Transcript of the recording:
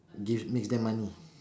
give makes them money